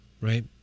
right